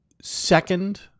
Second